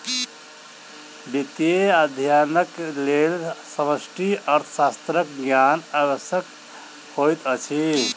वित्तीय अध्ययनक लेल समष्टि अर्थशास्त्रक ज्ञान आवश्यक होइत अछि